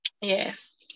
Yes